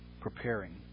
preparing